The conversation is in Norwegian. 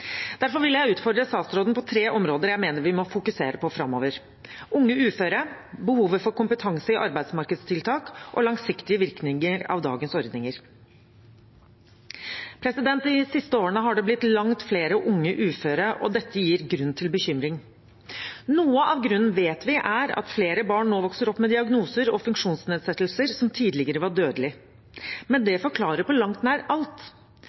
Derfor vil jeg utfordre statsråden på tre områder jeg mener vi må fokusere på framover: unge uføre, behovet for kompetanse i arbeidsmarkedstiltak og langsiktige virkninger av dagens ordninger. De siste årene har det blitt langt flere unge uføre, og dette gir grunn til bekymring. Noe av grunnen vet vi er at flere barn nå vokser opp med diagnoser og funksjonsnedsettelser som tidligere var dødelige, men det forklarer på langt nær alt.